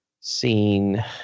seen